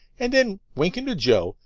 and then, winking to joe.